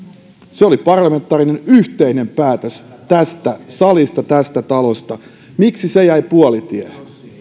se oli parlamentaarinen yhteinen päätös tästä salista tästä talosta miksi se jäi puolitiehen